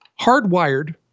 hardwired